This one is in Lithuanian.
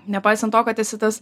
nepaisant to kad esi tas